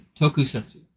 Tokusatsu